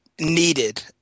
needed